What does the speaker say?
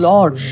Lord